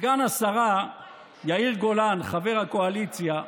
סגן השרה יאיר גולן, חבר הקואליציה,